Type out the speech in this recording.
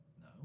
No